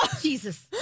Jesus